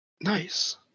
Nice